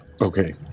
okay